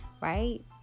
right